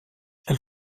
elle